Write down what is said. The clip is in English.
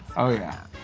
oh yeah.